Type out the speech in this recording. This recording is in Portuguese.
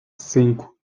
cinco